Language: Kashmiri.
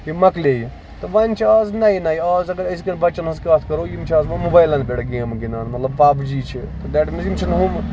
تِم مۄکلیٚیہِ تہٕ وۄنۍ چھِ آز نیہِ نیہِ آز اَگر أزۍکین بَچن ہنز کَتھ کرو یِم چھِ آز وۄنۍ موبایلَن پٮ۪ٹھ گیمہٕ گِندان مطلب پب جی چھِ دیٹ مینٔز یِم چھِنہٕ ہم